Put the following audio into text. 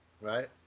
right